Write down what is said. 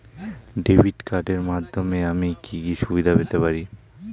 Debit কার্ডের মাধ্যমে আমি কি কি সুবিধা পেতে পারি?